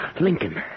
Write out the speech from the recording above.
Lincoln